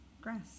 Grass